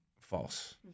False